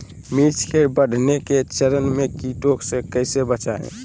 मिर्च के बढ़ने के चरण में कीटों से कैसे बचये?